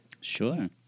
Sure